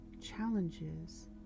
challenges